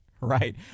right